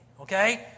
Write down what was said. okay